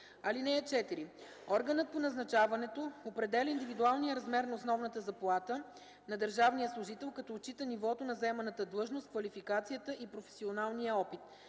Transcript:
(4) Органът по назначаването определя индивидуалния размер на основната заплата на държавния служител, като отчита нивото на заеманата длъжност, квалификацията и професионалния опит.